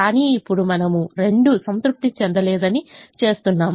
కానీ ఇప్పుడు మనము రెండూ సంతృప్తి చెందలేదని చేస్తున్నాము